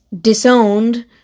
disowned